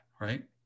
right